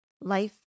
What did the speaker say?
life